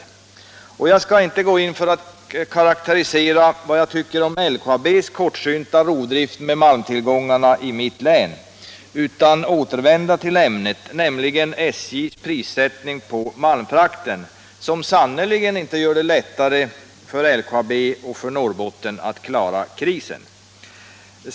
Jag skall emellertid inte gå in för att karakterisera LKAB:s kortsynta rovdrift med malmtillgångarna, utan jag skall återvända till ämnet, nämligen SJ:s prissättning på malmfrakten som sannerligen inte gör det lättare för LKAB och Norrbotten att klara krisen.